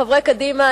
חברי קדימה,